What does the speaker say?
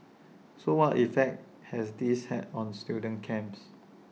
so what effect has this had on student camps